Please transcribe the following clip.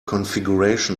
configuration